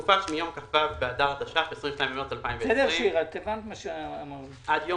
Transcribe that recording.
הוראת שעה בתקופה שמיום כ"ו באדר התש"ף (22 במארס 2020) עד יום